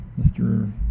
mr